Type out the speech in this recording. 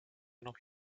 noch